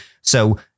So-